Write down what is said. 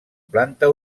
planta